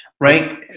right